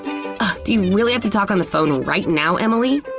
really have to talk on the phone right now, emily?